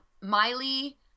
Miley